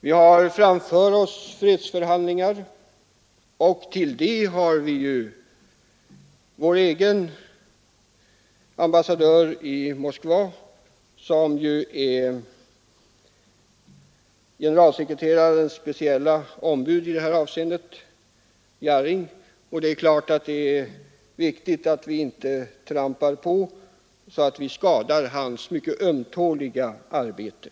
Vi har framför oss fredsförhandlingar, och därtill är ju vår egen ambassadör i Moskva, Jarring, generalsekreterarens speciella ombud i det här avseendet. Det är då klart att det är viktigt att vi inte klampar på så att vi skadar hans mycket ömtåliga arbete.